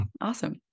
Awesome